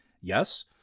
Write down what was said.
Yes